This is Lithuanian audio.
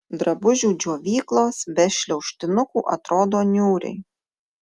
drabužių džiovyklos be šliaužtinukų atrodo niūriai